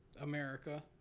America